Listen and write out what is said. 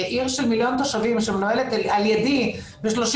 עיר של מיליון תושבים שמנוהלת על ידי ב-33